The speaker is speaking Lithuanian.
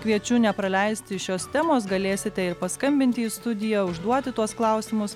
kviečiu nepraleisti šios temos galėsite ir paskambinti į studiją užduoti tuos klausimus